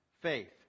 faith